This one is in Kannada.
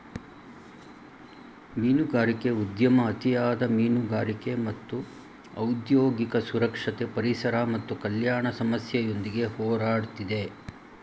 ಮೀನುಗಾರಿಕೆ ಉದ್ಯಮ ಅತಿಯಾದ ಮೀನುಗಾರಿಕೆ ಮತ್ತು ಔದ್ಯೋಗಿಕ ಸುರಕ್ಷತೆ ಪರಿಸರ ಮತ್ತು ಕಲ್ಯಾಣ ಸಮಸ್ಯೆಯೊಂದಿಗೆ ಹೋರಾಡ್ತಿದೆ